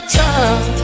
time